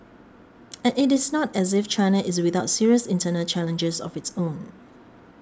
and it is not as if China is without serious internal challenges of its own